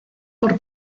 por